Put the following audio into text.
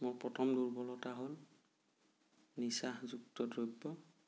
মোৰ প্ৰথম দুৰ্বলতা হ'ল নিচাযুক্ত দ্ৰব্য